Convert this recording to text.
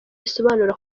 risobanura